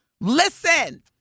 listen